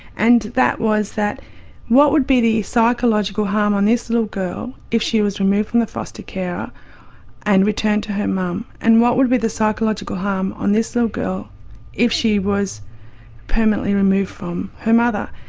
and that was that what would be the psychological harm on this little girl if she was removed from the foster carer and returned to her mum? and what would be the psychological harm on this little girl if she was permanently removed from her mother?